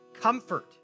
Comfort